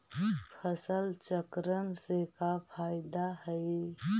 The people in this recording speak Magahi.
फसल चक्रण से का फ़ायदा हई?